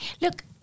Look